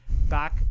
back